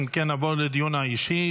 אם כן, נעבור לדיון האישי.